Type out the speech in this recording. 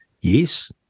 Yes